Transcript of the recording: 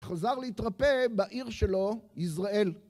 חזר להתרפה בעיר שלו, יזרעאל.